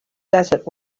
desert